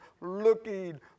looking